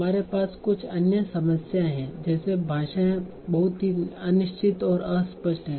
हमारे पास कुछ अन्य समस्याएं हैं जैसे भाषाएं बहुत ही अनिश्चित और अस्पष्ट हैं